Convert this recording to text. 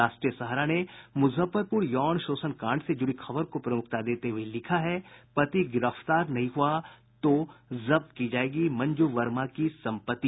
राष्ट्रीय सहारा ने मुजफ्फरपुर यौन शोषण कांड से जुड़ी खबर को प्रमुखता देते हुये लिखा है पति गिरफ्तार नहीं हुआ तो जब्त की जायेगी मंजू वर्मा की सम्पत्ति